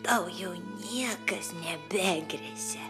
tau jau niekas nebegresia